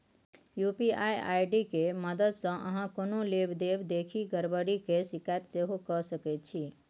UPI ID के मददसँ अहाँ कोनो लेब देब देखि गरबरी केर शिकायत सेहो कए सकै छी